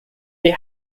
they